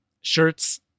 shirts